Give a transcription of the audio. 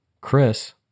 Chris